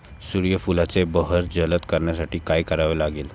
सूर्यफुलाची बहर जलद करण्यासाठी काय करावे लागेल?